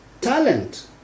Talent